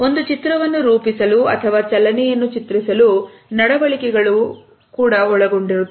ಒಂದು ಚಿತ್ರವನ್ನು ರೂಪಿಸಲು ಅಥವಾ ಚಲನೆಯನ್ನು ಚಿತ್ರಿಸಲು ನಡವಳಿಕೆಗಳು ಒಳಗೊಂಡಿರುತ್ತವೆ